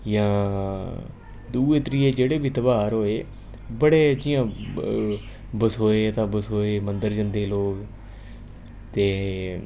जां दुए त्रिये जेह्ड़े बी त्यहार होए बड़े जियां बसोऐ ते बसोऐ मंदर जंदे लोग ते